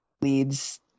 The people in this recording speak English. leads